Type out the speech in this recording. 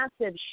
massive